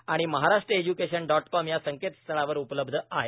आणि Maharashtra education dot com या संकेतस्थळांवर उपलब्ध आहेत